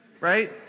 right